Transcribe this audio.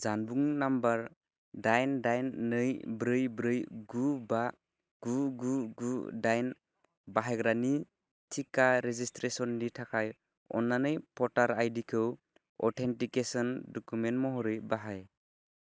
जानबुं नाम्बार दाइन दाइन नै ब्रै ब्रै गु बा गु गु गु दाइन बाहायग्रानि टिका रेजिसट्रेसननि थाखाय अन्नानै भ'टार आइडि खौ अथेन्टिकेसन डकुमेन्ट महरै बाहाय